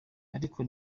ariko